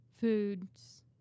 foods